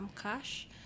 cash